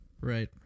Right